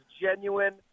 genuine